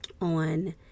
on